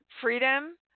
Freedom